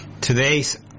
today's